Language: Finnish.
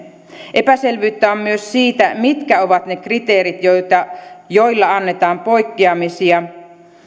epäselvyyttä on myös siitä mitkä ovat ne kriteerit joilla joilla annetaan poikkeamisia